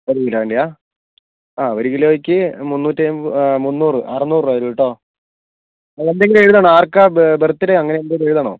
ഒരു കിലോന്റെയ ഒരു കിലോയ്ക്ക് മുന്നൂറ് അറുന്നൂറു രൂപ വരും കെട്ടോ എന്തെങ്കിലും എഴുതണോ ആർക്കാണ് ബർത്ഡേ അങ്ങനെ എന്തേലും എഴുതണോ